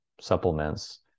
supplements